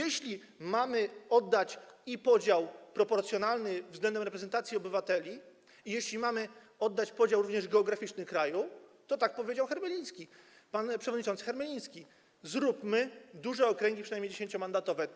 Jeśli mamy oddać podział proporcjonalny względem reprezentacji obywateli i jeśli mamy oddać podział również geograficzny kraju, to - tak jak powiedział pan przewodniczący Hermeliński - zróbmy duże okręgi, przynajmniej dziesięciomandatowe.